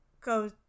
go